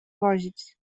wozić